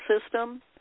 system